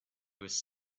was